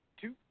two